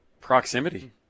proximity